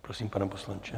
Prosím, pane poslanče.